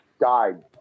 died